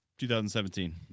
2017